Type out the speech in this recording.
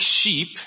sheep